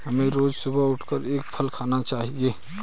हमें रोज सुबह उठकर एक फल खाना चाहिए